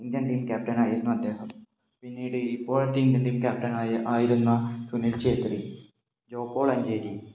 Indian team captain ആയിരുന്നു അദ്ദേഹം പിന്നീട് ഇപ്പോഴത്തെ ഇന്ത്യൻ ടീം ക്യാപ്റ്റൻ ആയ ആയിരുന്ന സുനിൽ ഛേത്രി ജോപ്പോൾ അഞ്ചേരി